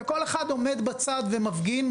וכל אחד עומד בצד ומפגין,